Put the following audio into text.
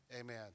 Amen